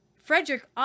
Frederick